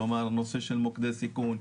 כלומר נושא של מוקדי סיכון,